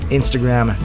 Instagram